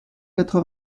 quatre